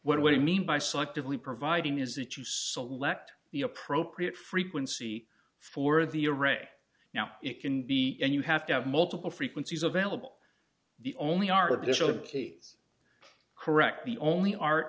providing what you mean by selectively providing is that you select the appropriate frequency for the array now it can be and you have to have multiple frequencies available the only artificial key correct the only art